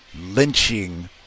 lynching